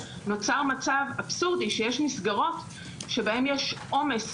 נוצר מצב אבסורדי שיש מסגרות שבהן יש עומס